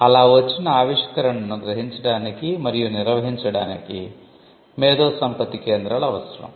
అలా వచ్చిన ఆవిష్కరణను గ్రహించడానికి మరియు నిర్వహించడానికి మేధోసంపత్తి కేంద్రాలు అవసరం